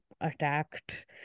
attacked